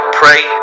pray